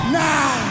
now